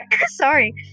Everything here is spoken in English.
sorry